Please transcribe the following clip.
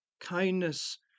kindness